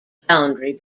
boundary